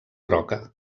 roca